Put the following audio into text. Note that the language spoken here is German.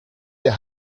ihr